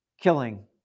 killing